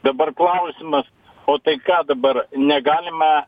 dabar klausimas o tai ką dabar negalima